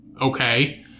Okay